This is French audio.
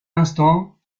instant